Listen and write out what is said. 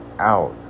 out